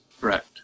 Correct